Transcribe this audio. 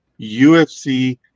ufc